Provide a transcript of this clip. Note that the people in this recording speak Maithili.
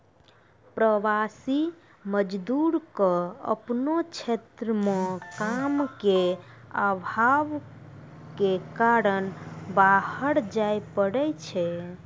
प्रवासी मजदूर क आपनो क्षेत्र म काम के आभाव कॅ कारन बाहर जाय पड़ै छै